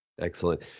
Excellent